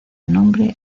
nombre